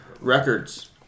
Records